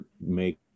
make